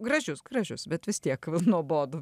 gražius gražius bet vis tiek nuobodu